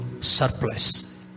surplus